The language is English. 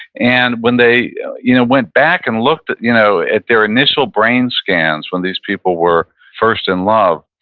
and when they you know went back and looked at you know at their initial brain scans when these people were first in love,